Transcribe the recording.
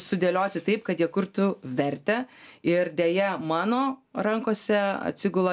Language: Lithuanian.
sudėlioti taip kad jie kurtų vertę ir deja mano rankose atsigula